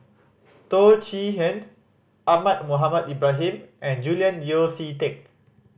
Teo Chee Hean Ahmad Mohamed Ibrahim and Julian Yeo See Teck